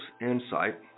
insight